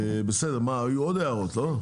היו עוד הערות, לא?